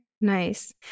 Nice